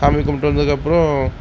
சாமி கும்பிட்டு வந்ததுக்கப்புறம்